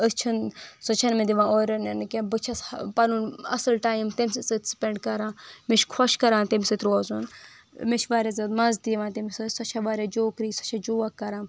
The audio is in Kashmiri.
أسۍ چھِنہٕ سُہ چھِنہٕ مےٚ دِوان اورٕ یورٕ نیرنہٕ کیٚنٛہہ بہٕ چھَس پَنُن اَصٕل ٹایم تٔمۍسٕے سٍتۍ سُپٮ۪نٛڈ کَران مےٚ چھُ خوش کَران تٔمِس سٍتۍ روزُن مےٚ چھِ واریاہ زیادٕ مزٕ تہِ یوان تٔمِس سٍتۍ سۅ چھِ واریاہ جوکری سۅ چھِ جوک کَران